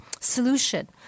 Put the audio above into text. solution